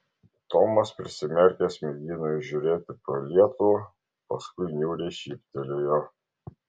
tomas prisimerkęs mėgino įžiūrėti pro lietų paskui niūriai šyptelėjo